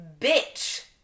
bitch